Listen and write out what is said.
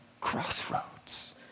crossroads